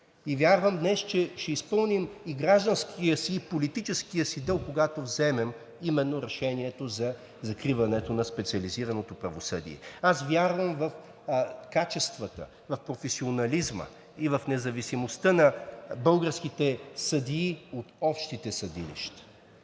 И вярвам днес, че ще изпълним и гражданския си, и политическия си дълг, когато вземем именно решението за закриването на специализираното правосъдие. Аз вярвам в качествата, в професионализма и в независимостта на българските съдии от общите съдилища.